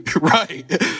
Right